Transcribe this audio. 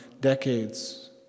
decades